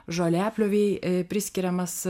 žoliapjovei priskiriamas